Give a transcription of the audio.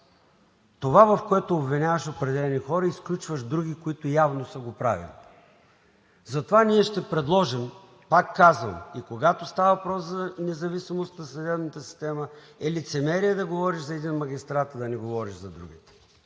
това, в което обвиняваш определени хора, изключваш други, които явно са го правили. Затова ние ще предложим, пак казвам, и когато става въпрос за независимост на съдебната система, е лицемерие да говориш за един магистрат, а да не говориш за другите,